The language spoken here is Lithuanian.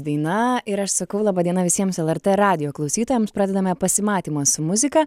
daina ir aš sakau laba diena visiems lrt radijo klausytojams pradedame pasimatymą su muzika